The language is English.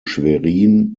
schwerin